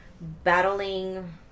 battling